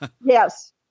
yes